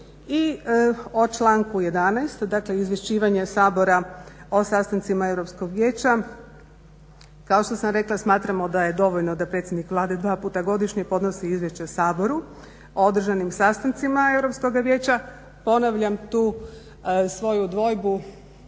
I o članku 11., dakle izvješćivanje Sabora o sastancima Europskog vijeća. Kao što sam rekla, smatramo da je dovoljno da predsjednik Vlade dva puta godišnje podnosi izvješće Saboru o održanim sastancima Europskog vijeća. Ponavljam tu svoju dvojbu